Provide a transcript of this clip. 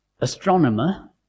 astronomer